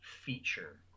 feature